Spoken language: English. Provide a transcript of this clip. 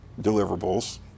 deliverables